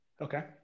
Okay